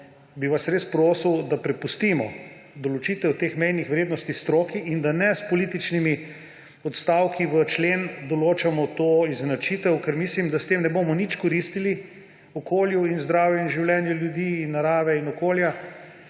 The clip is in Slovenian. bi vas res prosil, da prepustimo določitev teh mejnih vrednosti stroki, da s političnimi odstavki v člen ne določamo te izenačitve, ker mislim, da s tem ne bomo nič koristili okolju in zdravju ter življenju ljudi, narave in okolja,